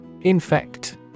Infect